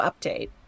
update